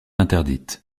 interdite